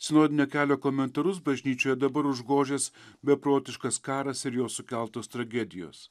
sinodinio kelio komentarus bažnyčioje dabar užgožęs beprotiškas karas ir jo sukeltos tragedijos